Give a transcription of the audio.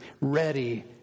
ready